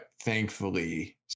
thankfully